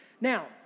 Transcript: Now